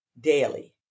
daily